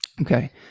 Okay